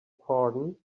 pardon